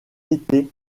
été